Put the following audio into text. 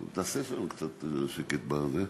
תעשה שם קצת שקט בזה,